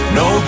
no